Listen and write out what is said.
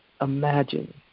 imagine